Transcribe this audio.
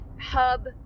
hub